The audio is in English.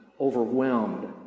Overwhelmed